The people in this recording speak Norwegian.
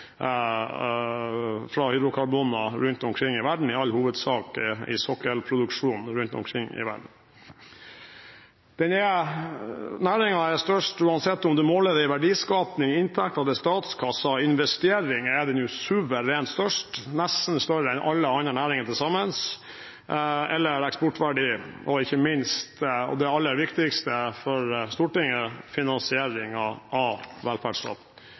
fra hydrokarboner, i all hovedsak i sokkelproduksjon rundt omkring i verden. Denne næringen er størst enten man måler det i verdiskaping, i inntekter til statskassen, i investeringer – der er den suverent størst, nesten større enn alle andre næringer til sammen – i eksportverdi eller ikke minst, det aller viktigste for Stortinget, i finansiering av